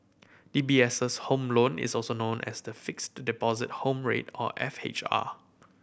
D B S' Home Loan is known as the Fixed Deposit Home Rate or F H R